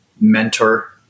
mentor